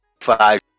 five